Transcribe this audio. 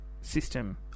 system